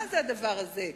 מה זה הדבר הזה?